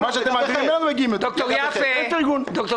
לכן אם אפשר גם לקיים דיון על חברות הביטוח ולהזמין את נציגיהן.